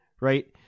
right